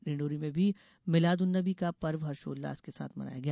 डिंडोरी में भी मिलाद उन नबी का पर्व हर्षोल्लास के साथ मनाया गया